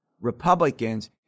Republicans